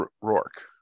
rourke